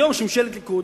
היום יש ממשלת ליכוד,